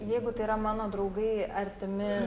jeigu tai yra mano draugai artimi